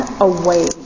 away